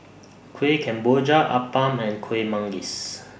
Kuih Kemboja Appam and Kueh Manggis